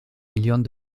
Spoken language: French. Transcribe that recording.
millions